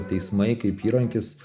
teismai kaip įrankis